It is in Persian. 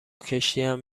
کشتیم